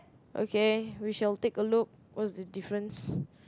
okay we shall take a look what's the difference